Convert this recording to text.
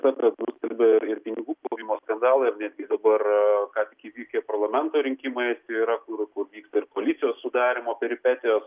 kad dabar nustelbė ir pinigų plovimo skandalą ir netgi dabar ką tik įvykę parlamento rinkimai tai yra kur kur vyksta ir koalicijos sudarymo peripetijos